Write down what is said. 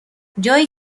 جایی